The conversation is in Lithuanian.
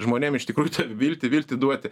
žmonėm iš tikrųjų viltį viltį duoti